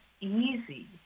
easy